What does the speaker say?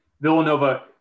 Villanova